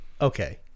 Okay